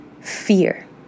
fear